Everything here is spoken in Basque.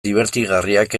dibertigarriak